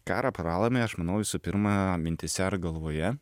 karą paralaimi aš manau visų pirma mintyse ar galvoje